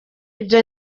ibyo